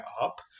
up